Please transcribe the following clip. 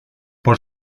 por